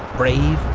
brave,